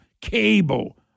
cable